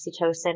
oxytocin